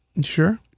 Sure